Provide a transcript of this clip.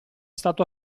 stato